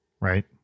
right